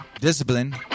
Discipline